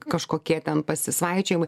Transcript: kažkokie ten pasisvaičiojimai